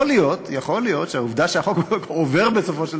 יכול להיות שהעובדה שהחוק עובר בסופו של